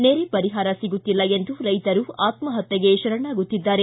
ನೆರೆ ಪರಿಹಾರ ಸಿಗುತ್ತಿಲ್ಲ ಎಂದು ರೈತರು ಆತ್ಮಹತ್ಯೆಗೆ ಶರಣಾಗುತ್ತಿದ್ದಾರೆ